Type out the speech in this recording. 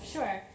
Sure